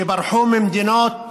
שברחו ממדינות